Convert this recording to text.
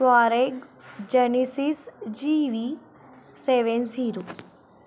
Touareg Genesis G V seven zero